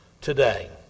today